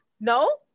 No